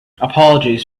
apologies